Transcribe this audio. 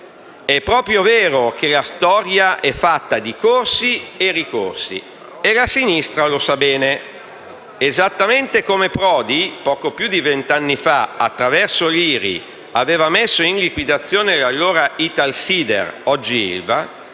È proprio vero che la storia è fatta di corsi e ricorsi e la sinistra lo sa bene. Esattamente come Prodi, poco più di vent'anni fa, attraverso l'IRI, aveva messo in liquidazione l'allora Italsider, oggi la